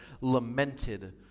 lamented